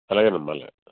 అలాగేనమ్మాలాగే